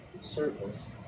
circles